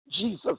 Jesus